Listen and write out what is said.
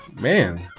man